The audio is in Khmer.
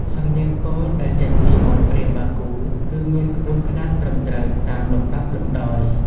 សំនៀងពោលដែលចេញពីមាត់ព្រាហ្មណ៍បាគូ គឺមានក្បួនខ្នាតត្រឹមត្រូវតាមលំដាប់លំដោយ។